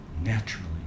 naturally